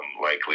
Likely